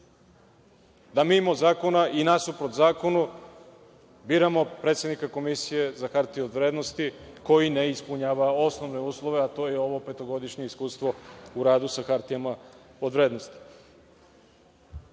da mimo zakona i nasuprot zakonu biramo predsednika Komisije za hartije od vrednosti koji ne ispunjava osnovne uslove, a to je ovo petogodišnje iskustvo u radu sa hartijama od vrednosti. Dakle,